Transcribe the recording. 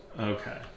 Okay